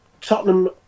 Tottenham